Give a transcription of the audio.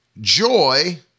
joy